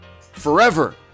forever